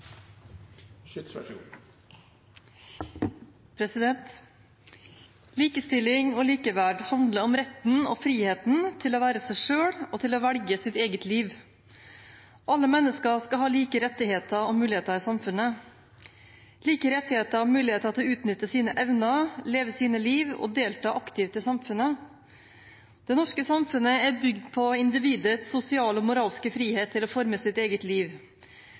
disse sakene. Likestilling og likeverd handler om retten og friheten til å være seg selv og til å velge sitt eget liv. Alle mennesker skal ha like rettigheter og muligheter i samfunnet – like rettigheter og muligheter til å utnytte sine evner, leve sine liv og delta aktivt i samfunnet. Det norske samfunnet er bygd på individets sosiale og moralske frihet til å forme sitt eget liv.